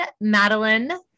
Madeline